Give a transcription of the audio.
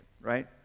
right